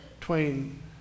Twain